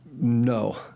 No